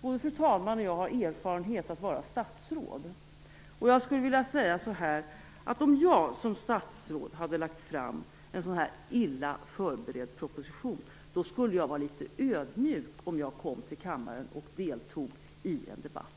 Både fru talman och jag har erfarenhet av att vara statsråd. Om jag som statsråd hade lagt fram en så här illa förberedd proposition, skulle jag vara litet ödmjuk när jag kom till kammaren och deltog i en debatt.